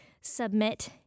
submit